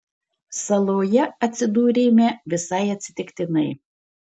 saloje atsidūrėme visai atsitiktinai